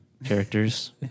Characters